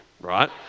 right